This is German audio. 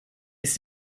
ist